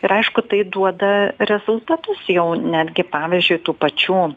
ir aišku tai duoda rezultatus jau netgi pavyzdžiui tų pačių